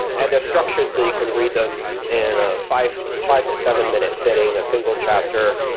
and they're structured so that you can read them in a five five to seven minute sitting, a single chapter.